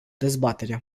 dezbaterea